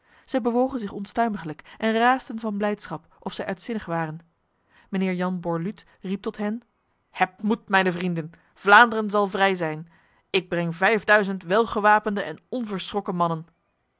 zij bewogen zich onstuimiglijk en raasden van blijdschap of zij uitzinnig waren mijnheer jan borluut riep tot hen hebt moed mijn vrienden vlaanderen zal vrij zijn ik breng vijfduizend welgewapende en onverschrokken mannen